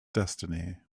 destiny